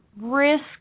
risk